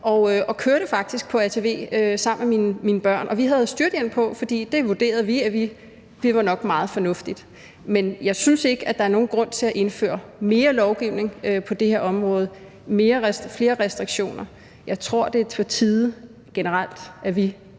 og kørte faktisk på ATV sammen med mine børn, og vi havde styrthjelm på, for vi vurderede, at det nok var meget fornuftigt. Men jeg synes ikke, der er nogen grund til at indføre mere lovgivning på det her område, flere restriktioner. Jeg tror, det er på tide, at vi